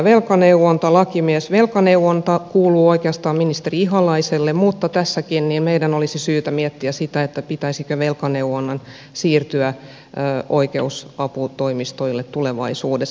velkaneuvonta kuuluu oikeastaan ministeri ihalaiselle mutta tässäkin meidän olisi syytä miettiä sitä pitäisikö velkaneuvonnan siirtyä oikeusaputoimistoille tulevaisuudessa